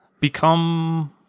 become